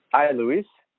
hi, luis?